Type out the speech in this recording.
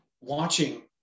watching